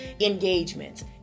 engagements